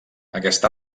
aquest